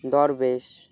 দরবেশ